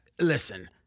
Listen